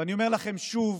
ואני אומר לכם שוב,